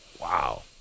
Wow